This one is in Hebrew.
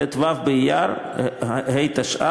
ט"ו באייר התשע"ה,